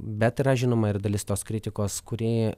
bet yra žinoma ir dalis tos kritikos kuri